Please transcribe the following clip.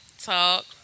Talk